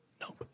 no